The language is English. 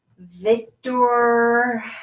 Victor